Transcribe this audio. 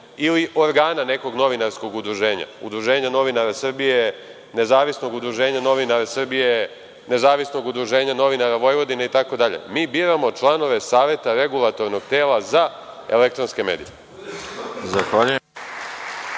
ili organa nekog novinarskog udruženja, Udruženja novinara Srbije, Nezavisnog udruženja novinara Srbije, Nezavisnog udruženja novinara Vojvodine itd. Mi biramo članove Saveta regulatornog tela za elektronske medije.